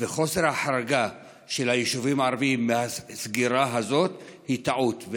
והאי-החרגה של היישובים הערביים בסגירה הזאת הם טעות.